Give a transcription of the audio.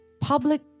public